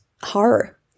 horror